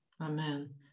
Amen